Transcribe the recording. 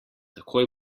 takoj